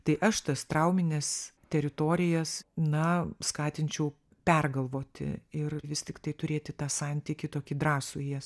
tai aš tas traumines teritorijas na skatinčiau pergalvoti ir vis tiktai turėti tą santykį tokį drąsų į jas